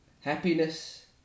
happiness